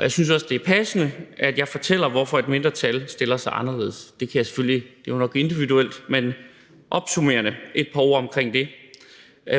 Jeg synes også, at det er passende, at jeg fortæller, hvorfor et mindretal stiller sig anderledes. Det er jo nok individuelt, men jeg kan give et par opsummerende ord omkring det.